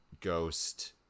ghost